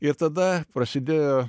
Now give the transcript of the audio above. ir tada prasidėjo